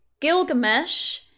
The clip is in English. Gilgamesh